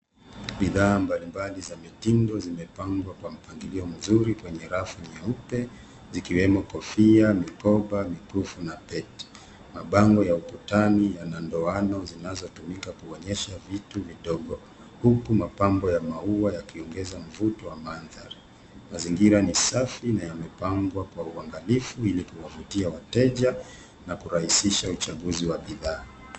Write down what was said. Bidhaa mbalimbali za mitindo zimepangwa kwa mapangilio mzuri kwenye rafu nyeupe zikiwemo kofia, mikoba, mikufu na pete. Mabango ya ukutani yana ndoano zinazotumika kuonyesha vitu vidogo huku mapambo ya maua yakiongeza mvuto wa mandhari. Mazingira ni safi na yamepangwa kwa uangalifu ili kuwavutia wateja na kurahisisha uchaguzi wa bidhaa.